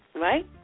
Right